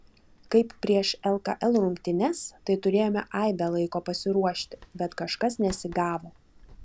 kaip prieš lkl rungtynes tai turėjome aibę laiko pasiruošti bet kažkas nesigavo